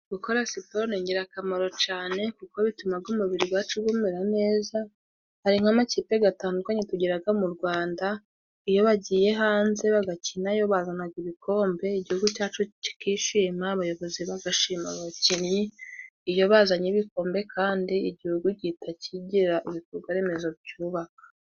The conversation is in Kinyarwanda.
Gukora siporo ni ingirakamaro cyane, kuko bituma umubiri wacu umera neza. Hari nk'amakipe atandukanye tugira mu Rwanda, iyo bagiye hanze bagakinirayo, bazana ibikombe, igihugu cyacu kikishima, abayobozi bagashima abakinnyi, iyo bazanye ibikombe, kandi igihugu gihita kigira ibikorwa remezo, cyubaka.